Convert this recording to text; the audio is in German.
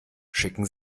schicken